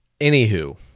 anywho